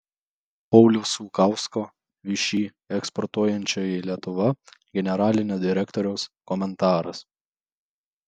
pauliaus lukausko všį eksportuojančioji lietuva generalinio direktoriaus komentaras